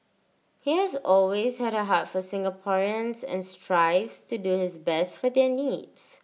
he has always had A heart for Singaporeans and strives to do his best for their needs